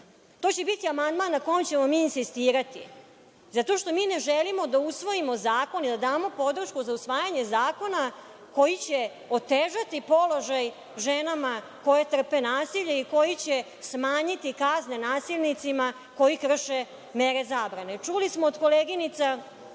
To će biti amandman na kom ćemo mi insistirati, zato što mi ne želimo da usvojimo zakon i da damo podršku za usvajanje zakona koji će otežati položaj ženama koje trpe nasilje i koji će smanjiti kazne nasilnicima koji krše mere zabrane. Čuli smo od koleginica